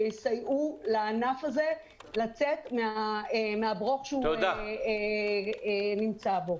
שיסייעו לענף הזה לצאת מהברוך שהוא נמצא בו.